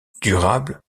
durable